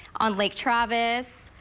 on lake travis.